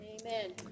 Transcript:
Amen